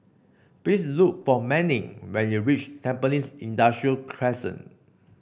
please look for Manning when you reach Tampines Industrial Crescent